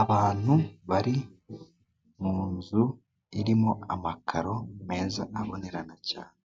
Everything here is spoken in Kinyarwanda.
Abantu bari mu nzu, irimo amakaro meza abonerana cyane,